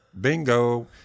bingo